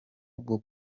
bwo